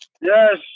Yes